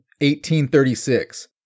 1836